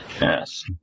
Yes